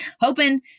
hoping